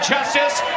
Justice